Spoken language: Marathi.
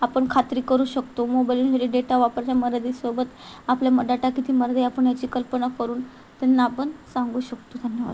आपण खात्री करू शकतो मोबाईलमध्ये डेटा वापरल्या मर्यादेसोबत आपल्या मग डाटा किती मर्यादा आपण याची कल्पना करून त्यांना आपण सांगू शकतो धन्यवाद